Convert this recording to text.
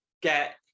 get